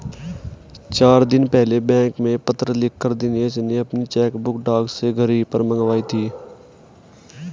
चार दिन पहले बैंक में पत्र लिखकर दिनेश ने अपनी चेकबुक डाक से घर ही पर मंगाई थी